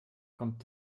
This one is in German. kommt